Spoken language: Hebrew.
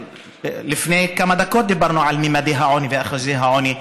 לפני כמה דקות דיברנו על ממדי העוני ואחוזי העוני הגבוהים,